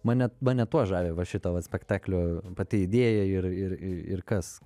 mane mane tuo žavi va šito va spektaklio pati idėja ir ir ir kas